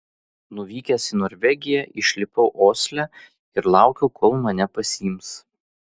nuvykęs į norvegiją išlipau osle ir laukiau kol mane pasiims